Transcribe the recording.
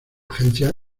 agencia